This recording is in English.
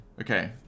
okay